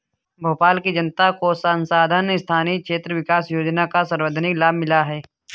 भोपाल की जनता को सांसद स्थानीय क्षेत्र विकास योजना का सर्वाधिक लाभ मिला है